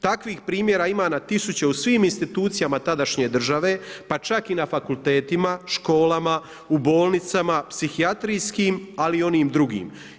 Takvih primjera ima na tisuće u svim institucijama tadašnje države, pa čak i na fakultetima, školama, u bolnicama, psihijatrijskim ali i onim drugim.